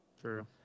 True